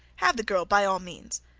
have the girl by all means.